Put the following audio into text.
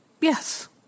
yes